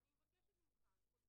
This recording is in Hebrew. אני הייתי מצפה